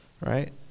Right